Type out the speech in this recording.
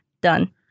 Done